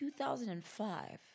2005